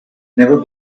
never